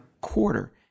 quarter—